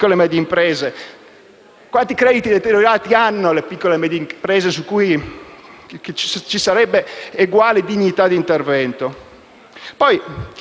e medie imprese. Quanti crediti deteriorati hanno le piccole e medie imprese su cui ci sarebbe eguale dignità di intervento?